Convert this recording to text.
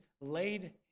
laid